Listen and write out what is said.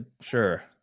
Sure